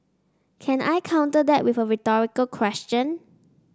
can I counter that with a rhetorical question